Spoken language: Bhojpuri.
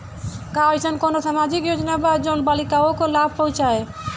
का अइसन कोनो सामाजिक योजना बा जोन बालिकाओं को लाभ पहुँचाए?